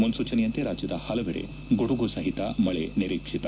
ಮುನ್ನೂಚನೆಯಂತೆ ರಾಜ್ಯದ ಪಲವೆಡೆ ಗುಡುಗು ಸಹಿತ ಮಳೆ ನಿರೀಕ್ಷಿತ